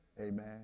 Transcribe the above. Amen